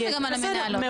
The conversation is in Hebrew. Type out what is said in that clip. כמובן שגם על המנהלות.